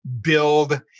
build